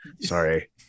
sorry